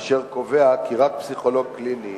אשר קובע כי רק פסיכולוג קליני